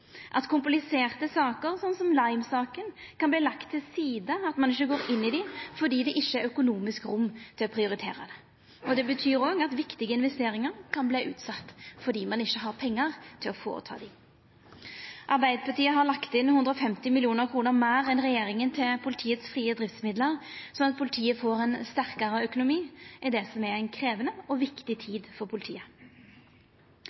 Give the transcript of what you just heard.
at kompliserte saker, som Lime-saka, kan verta lagde til sides, og at ein ikkje går inn i dei fordi det ikkje er økonomisk rom til å prioritera det. Det betyr òg at viktige investeringar kan verta utsette fordi ein ikkje har pengar til å gjera dei. Arbeidarpartiet har lagt inn 150 mill. kr meir enn regjeringa til dei frie driftsmidlane til politiet, slik at politiet får ein sterkare økonomi i det som er ei krevjande og viktig